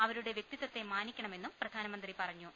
അവരുടെ വൃക്തിത്വത്തെ മാനിക്കണ മെന്നും പ്രധാനമന്ത്രി പറഞ്ഞു